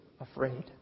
afraid